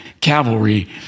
Cavalry